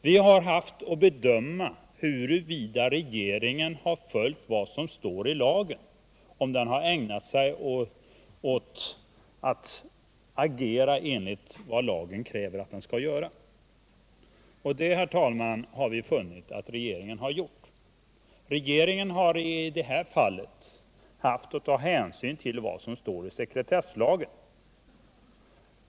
Vi har haft att bedöma huruvida regeringen följt vad som står i lagen, om den har agerat i enlighet med vad lagen kräver att den skall göra. Och det, herr talman, har vi funnit att regeringen har gjort. Regeringen har när det gäller SAS-frikorten haft att ta hänsyn till vad som står i sekretesslagen.